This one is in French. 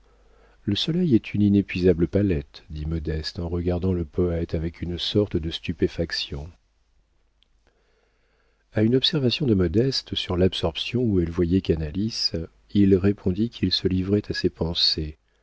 le soleil est une inépuisable palette dit modeste en regardant le poëte avec une sorte de stupéfaction a une observation de modeste sur l'absorption où elle voyait canalis il répondit qu'il se livrait à ses pensées